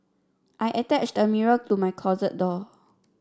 I attached a mirror to my closet door